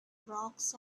rocks